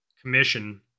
commission